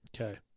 Okay